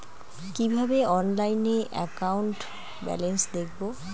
কিভাবে অনলাইনে account balance দেখবো?